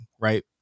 right